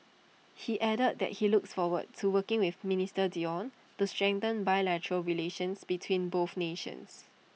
he added that he looks forward to working with minister Dion to strengthen bilateral relations between both nations